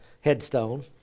headstone